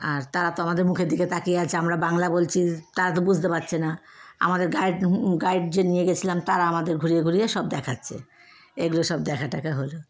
আর তারা তো আমাদের মুখের দিকে তাকিয়ে আছে আমরা বাংলা বলছি তারা তো বুঝতে পারছে না আমাদের গাইড গাইড যে নিয়ে গিয়েছিলাম তারা আমাদের ঘুরিয়ে ঘুরিয়ে সব দেখাচ্ছে এইগুলো সব দেখা টেখা হল